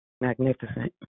Magnificent